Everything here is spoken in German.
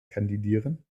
kandidieren